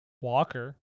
Walker